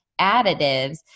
additives